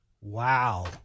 Wow